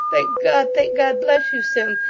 thank god, thank god! bless you, sim.